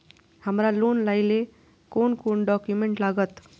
हमरा लोन लाइले कोन कोन डॉक्यूमेंट लागत?